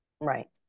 Right